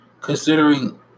considering